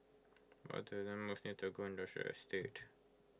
what near Tagore Industrial Estate